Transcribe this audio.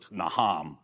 naham